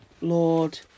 Lord